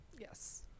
Yes